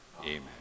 Amen